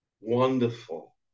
wonderful